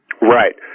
Right